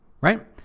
Right